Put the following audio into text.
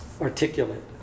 articulate